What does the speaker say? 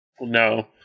No